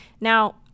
Now